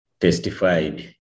testified